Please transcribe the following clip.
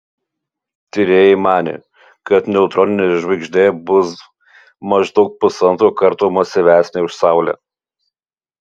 tyrėjai manė kad neutroninė žvaigždė bus maždaug pusantro karto masyvesnė už saulę